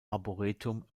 arboretum